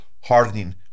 hardening